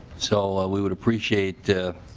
so ah we would appreciate